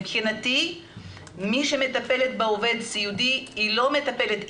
מבחינתי מי שמטפלת בעובד סיעודי היא לא מטפלת,